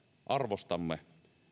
arvostamme